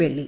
വെള്ളി